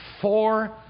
four